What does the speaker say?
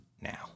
now